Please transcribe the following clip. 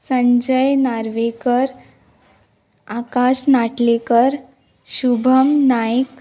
Sanjay Narvekar Akash Natlekar Shubham Naik